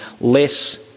less